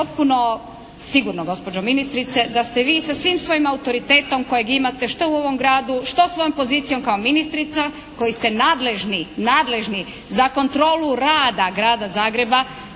potpuno sigurno gospođo ministrice da ste vi sa svim svojim autoritetom kojeg imate što u ovom Gradu, što svojom pozicijom kao ministrica, koji ste nadležni, nadležni za kontrolu rada Grada Zagreba